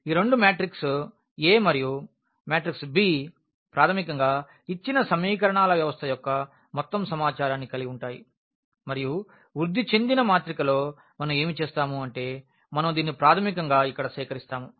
ఈ రెండు matrix A మరియు మ్యాట్రిక్స్ b ప్రాథమికంగా ఇచ్చిన సమీకరణాల వ్యవస్థ యొక్క మొత్తం సమాచారాన్ని కలిగి ఉంటాయి మరియు వృద్ధి చెందిన మాత్రికలో మనం ఏమి చేస్తాము అంటే మనం దీన్ని ప్రాథమికంగా ఇక్కడ సేకరిస్తాము